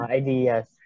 ideas